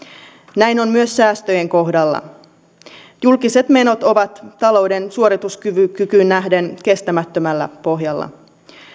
näin on myös säästöjen kohdalla julkiset menot ovat talouden suorituskykyyn nähden kestämättömällä pohjalla